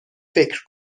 فکر